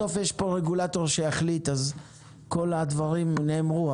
בסוף יש פה רגולטור שיחליט וכל הדברים נאמרו,